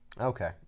Okay